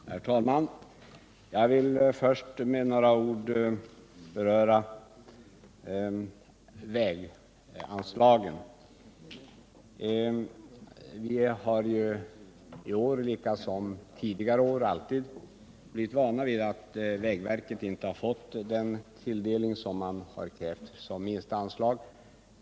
Herr talman! Jag vill först med några ord beröra väganslagen. Vi har ju under tidigare år blivit vana vid att vägverket inte fått den tilldelning som det har krävt såsom minsta anslag.